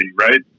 right